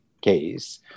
case